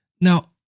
Now